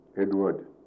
Edward